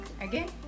Again